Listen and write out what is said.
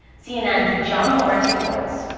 cnn's john lawrence reports.